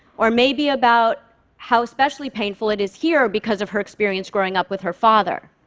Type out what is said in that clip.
or maybe about how especially painful it is here because of her experience growing up with her father.